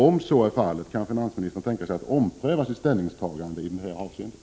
Om så är fallet, kan finansministern tänka sig att ompröva sitt ställningstagande i det här avseendet?